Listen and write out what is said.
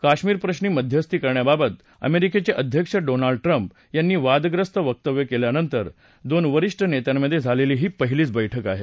कश्मीर प्रश्नी मध्यस्थी करण्याबाबत अमेरिकेचे अध्यक्ष डोनाल्ड ट्रम्प यांनी वादग्रस्त वक्तव्य केल्यानंतर दोन वरीष्ठ नेत्यांमधे झालेली ही पहिलीच बैठक आहे